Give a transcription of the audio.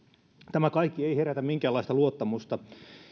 tämä kaikki ei herätä minkäänlaista luottamusta